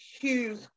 huge